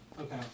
Okay